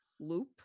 Loop